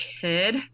kid